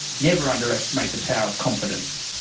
never underestimate the power of confidence.